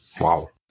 Wow